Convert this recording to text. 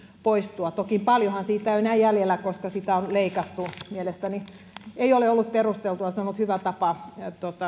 poistua toki paljonhan siitä ei enää ole jäljellä koska sitä on leikattu mielestäni se ei ole ollut perusteltua se on ollut hyvä tapa